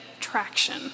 traction